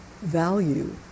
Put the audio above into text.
value